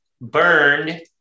burned